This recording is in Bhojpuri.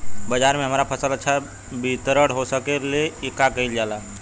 बाजार में हमार फसल अच्छा वितरण हो ओकर लिए का कइलजाला?